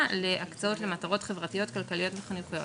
להקצאות למטרות חברתיות כלכליות וחינוכיות.